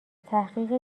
تحقیق